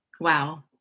Wow